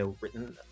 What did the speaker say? written